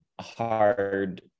hard